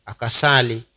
Akasali